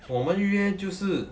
我们预约就是